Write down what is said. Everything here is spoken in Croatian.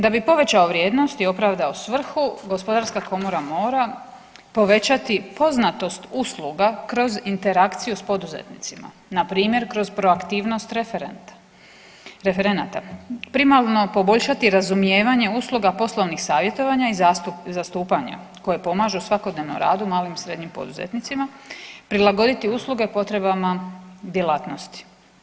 Da bi povećao vrijednosti i opravdao svrhu gospodarska komora mora povećati poznatost usluga kroz interakciju s poduzetnicima npr. kroz proaktivnost referenta, referenata, primarno poboljšati razumijevanje usluga poslovnih savjetovanja i zastupanja koje pomažu svakodnevnom radu malim i srednjim poduzetnicima, prilagoditi usluge potrebama djelatnosti.